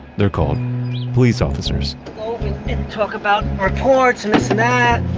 they're called police officers, and talk about reports and this and that,